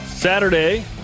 Saturday